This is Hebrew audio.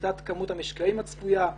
הפחתת כמות המשקעים הצפויה,